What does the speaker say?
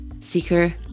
seeker